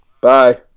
Bye